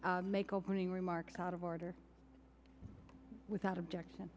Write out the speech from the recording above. do make opening remarks out of order without objection